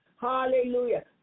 Hallelujah